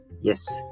yes